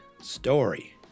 story